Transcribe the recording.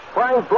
Frank